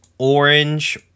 Orange